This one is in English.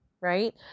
Right